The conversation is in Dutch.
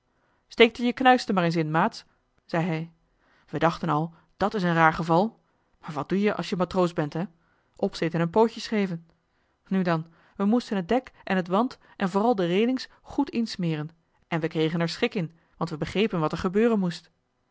steekt er je knuisten maar eens in maats zei hij we dachten al dat is een raar geval maar wat doe je als je matroos bent hè opzitten en pootjes geven nu dan we moesten t dek en t want en vooral de railings goed insmeren en we kregen er schik in want we begrepen wat er gebeuren moest